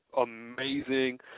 amazing